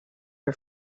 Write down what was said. her